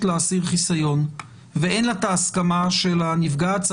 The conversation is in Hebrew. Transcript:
להסיר חיסיון ואין לה את ההסכמה של נפגעת,